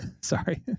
Sorry